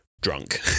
drunk